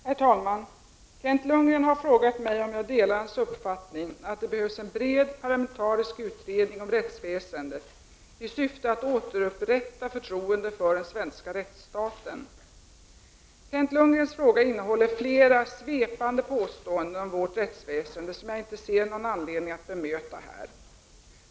Herr talman! Kent Lundgren har frågat mig om jag delar hans uppfattning att det behövs en bred parlamentarisk utredning om rättsväsendet i syfte att återupprätta förtroendet för den svenska rättsstaten. Kent Lundgrens fråga innehåller flera svepande påståenden om vårt rättsväsende, som jag inte ser någon anledning att bemöta här.